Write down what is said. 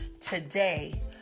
today